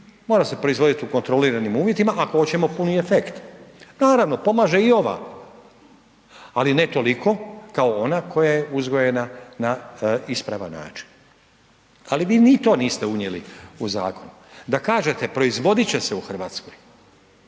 mora se proizvoditi u kontroliranim uvjetima, ako hoćemo puni efekt. Naravno pomaže i ova, ali ne toliko kao ona koja je uzgojena na ispavan način. Ali, vi ni to niste unijeli u zakon. Da kažete, proizvoditi će se u Hrvatskoj,